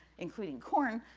including corn,